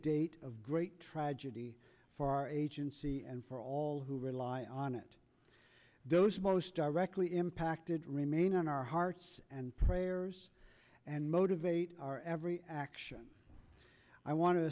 date of great tragedy for our agency and for all who rely on it those most directly impacted remain on our hearts and prayers and motivate our every action i want